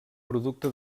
producte